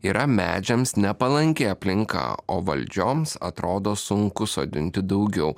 yra medžiams nepalanki aplinka o valdžioms atrodo sunku sodinti daugiau